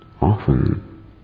often